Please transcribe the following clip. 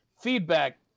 feedback